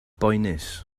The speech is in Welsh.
boenus